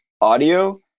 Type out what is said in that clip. audio